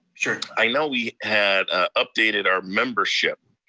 sure. i know we had ah updated our membership,